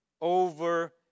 Over